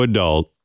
Adult